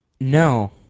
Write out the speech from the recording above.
No